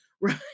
right